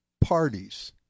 parties